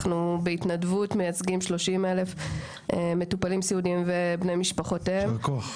אנחנו מייצגים 30,000 מטופלים סיעודיים ואת בני משפחותיהם